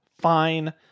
Fine